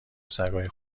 سگای